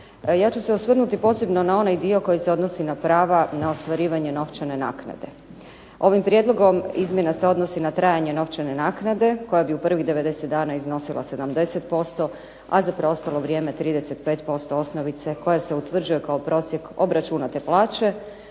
Ja ću se osvrnuti posebno na onaj dio koji se odnosi na prava na ostvarivanje novčane naknade. Ovim prijedlogom izmjena se odnosi na trajanje novčane naknade, koja bi u prvih 90 dana iznosila 70%, a za preostalo vrijeme 35% osnovice koja se utvrđuje kao prosjek obračunate plaće,